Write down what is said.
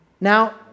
Now